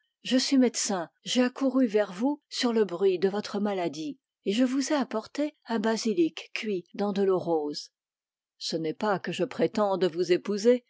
je suis médecin j'ai accouru vers vous sur le bruit de votre maladie et je vous ai apporté un basilic cuit dans de l'eau rose ce n'est pas que je prétende vous épouser